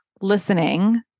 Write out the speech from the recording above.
listening